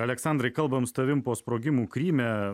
aleksandrai kalbam su tavimi po sprogimų kryme